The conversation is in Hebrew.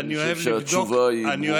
חבר הכנסת אייכלר, אני חושב שהתשובה היא ברורה.